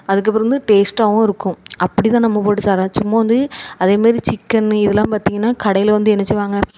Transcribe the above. அதுக்கு அப்புறம் வந்து டேஸ்ட்டாகவும் இருக்கும் அப்படித்தான் நம்ம போட்டு சாட சும்மா வந்து அதே மாதிரி சிக்கென்னு இதெல்லாம் பார்த்திங்கன்னா கடையில் வந்து என்னச்செய்வாங்க